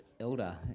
elder